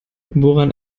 woran